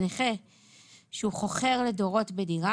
מנה"ר,